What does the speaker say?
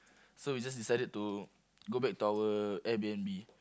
so we just decided to go back to our Air-B_N_B